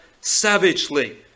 savagely